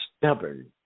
stubborn